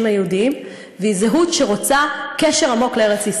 היהודיים והיא זהות שרוצה קשר עמוק לארץ-ישראל.